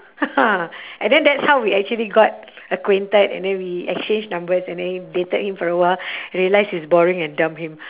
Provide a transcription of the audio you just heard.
ha ha and then that's how we actually got acquainted and then we exchanged numbers and then dated him for a while realised he's boring and dump him